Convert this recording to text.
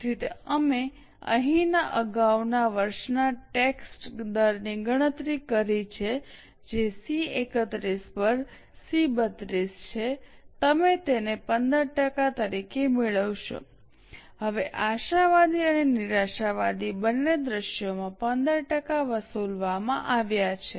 તેથી અમે અહીંના અગાઉના વર્ષના ટેક્સ દરની ગણતરી કરી છે જે સી 31 પર સી 32 છે તમે તેને 15 ટકા તરીકે મેળવશો હવે આશાવાદી અને નિરાશાવાદી બંને દૃશ્યોમાં 15 ટકા વસૂલવામાં આવ્યો છે